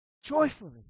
Joyfully